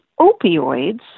opioids